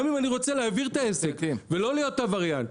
גם אם אני רוצה להעביר את העסק ולא להיות עבריין,